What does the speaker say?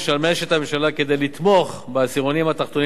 משמש את הממשלה כדי לתמוך בעשירונים התחתונים,